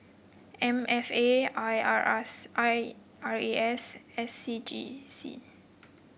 M F A I R I R A S S C G C